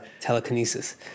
Telekinesis